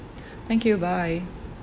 thank you bye